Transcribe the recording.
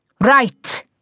Right